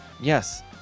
yes